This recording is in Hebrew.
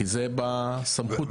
כי זה בסמכות שלנו,